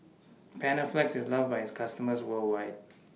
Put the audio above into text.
Panaflex IS loved By its customers worldwide